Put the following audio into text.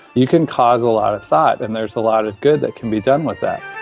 you can cause a lot of thought. and there's a lot of good that can be done with that.